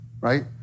right